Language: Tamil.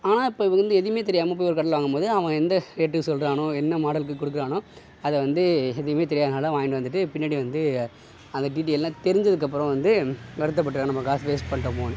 ஆனால் இப்போ அவங்க வந்து எதுவுமே தெரியாமல் போய் ஒரு கடையில வாங்கும்போது அவன் எந்த ரேட் சொல்லுறானோ என்ன மாடலுக்கு குடுக்கிறானோ அதை வந்து எதுவுமே தெரியாதனால வாங்கிட்டு வந்துட்டு பின்னாடி வந்து அதை டீட்டியல்லாம் தெரிஞ்சதுக்கு அப்புறம் வந்து வருத்தப்படுறோம் நம்ப காசு வேஸ்ட் பண்ணிடம்மோனு